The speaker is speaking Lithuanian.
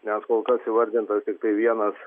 nes kol kas įvardinta tiktai vienas